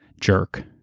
jerk